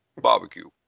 Barbecue